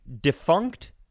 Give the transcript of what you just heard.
defunct